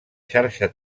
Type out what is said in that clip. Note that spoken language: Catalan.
xarxa